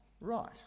right